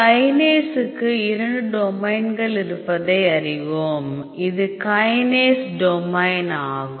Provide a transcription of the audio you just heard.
கைனேஸுக்கு இரண்டு டொமைன்கள் இருப்பதை அறிவோம் இது கைனேஸ் டொமைன் ஆகும்